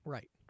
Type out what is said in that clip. Right